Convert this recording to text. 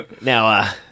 Now